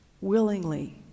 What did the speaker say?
willingly